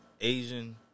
Asian